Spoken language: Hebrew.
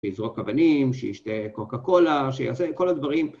שיזרוק אבנים, שישתה קוקה קולה, שיעשה כל הדברים.